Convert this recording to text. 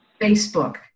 Facebook